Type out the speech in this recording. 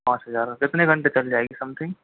पाँच हजार कितने घंटे चल जाएगी समथिंग